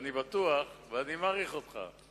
אני מעריך אותך,